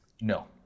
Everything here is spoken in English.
No